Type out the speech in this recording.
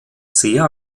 sehr